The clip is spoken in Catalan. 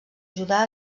ajudar